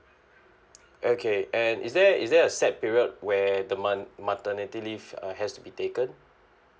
okay and is there is there a set period where the month maternity leave uh has to be taken